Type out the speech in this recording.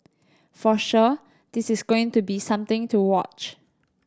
for sure this is going to be something to watch